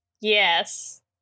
Yes